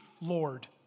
Lord